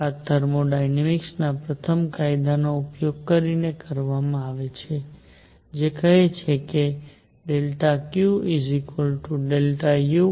આ થર્મોડાયનેમિક્સના પ્રથમ કાયદાનો ઉપયોગ કરીને કરવામાં આવે છે જે કહે છે કે QUpV